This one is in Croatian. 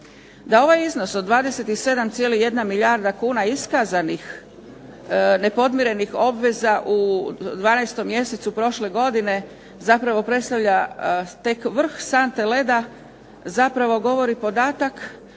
Da ovaj iznos od 27,1 milijarda kuna iskazanih nepodmirenih obveza u 12. mjesecu prošle godine zapravo predstavlja tek vrh sante leda, zapravo govori podatak